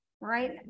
right